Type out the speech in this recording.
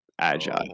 agile